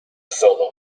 solo